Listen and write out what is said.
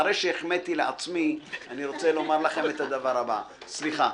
אחרי שהחמאתי לעצמי אני רוצה לומר לכם את הדבר הבא: סליחה,